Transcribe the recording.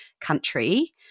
country